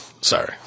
Sorry